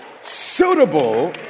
suitable